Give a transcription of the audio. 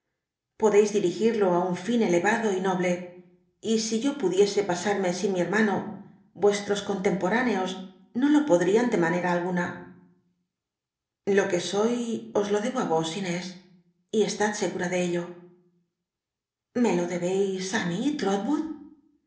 podeis dirigirlo i un lin elc tdo y noble y si yo pudiese pasarme sin mi hermano vuestros contcm oráncos no lo pod t'ian de manera alguna lo que soy os lo debo ü os inés y estad segura de ello t mí